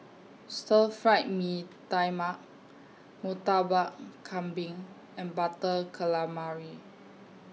Stir Fried Mee Tai Mak Murtabak Kambing and Butter Calamari